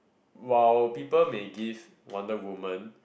while people may give wonder women